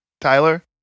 Tyler